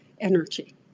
energy